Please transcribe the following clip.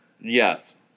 Yes